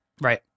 Right